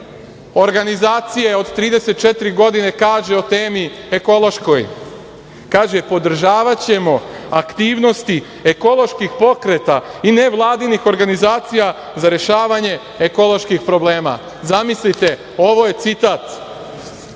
organizacije od 34 godine kaže o temi ekološkoj. Kaže - podržavaćemo aktivnosti ekoloških pokreta i nevladinih organizacija za rešavanje ekoloških problema. Zamislite, ovo je citat.